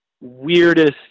weirdest